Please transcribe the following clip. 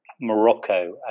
Morocco